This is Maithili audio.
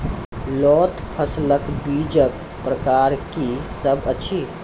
लोत फसलक बीजक प्रकार की सब अछि?